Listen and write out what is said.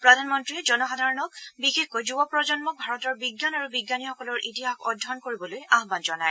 প্ৰধানমন্ৰীয়ে জনসাধাৰণক বিশেষকৈ যুৱ প্ৰজন্মক ভাৰতৰ বিজ্ঞান আৰু বিজ্ঞানীসকলৰ ইতিহাস অধ্যয়ন কৰিবলৈ আহান জনায়